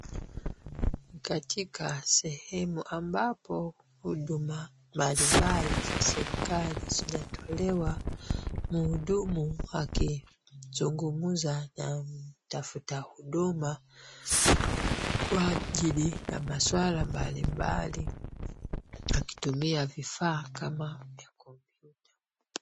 Ni katika sehemu ambapo huduma mbalimbali za serikali zinatolewa. Mhudumu akizungumza na mtafuta huduma kwa ajili ya masuala mbalimbali akitumia vifaa kama vya kompyuta.